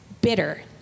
bitter